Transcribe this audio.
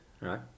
Right